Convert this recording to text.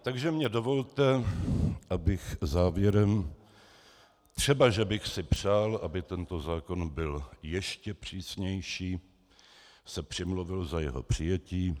Takže mně dovolte, abych závěrem, třebaže bych si přál, aby tento zákon byl ještě přísnější, se přimluvil za jeho přijetí.